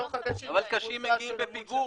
בתוך הקשים --- אבל קשים מגיעים בפיגור.